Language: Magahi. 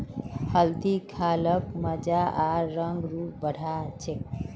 हल्दी खा ल मजा आर रंग रूप बढ़ा छेक